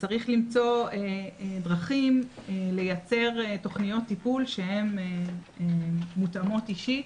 וצריך למצוא דרכים לייצר תוכניות טיפול שהן מותאמות אישית